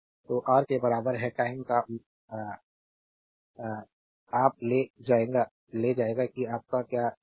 तो रा के बराबर है टाइम का उल्लेख 2625 आप ले जाएगा कि आपके क्या youcall